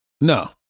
No